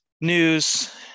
news